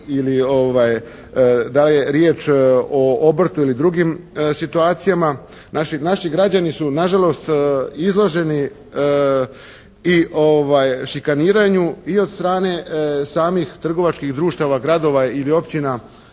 ili da je riječ o obrtu ili drugim situacijama. Naši građani su na žalost izloženi i šikaniranju i od strane samih trgovačkih društava, gradova ili općina